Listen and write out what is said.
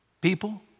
people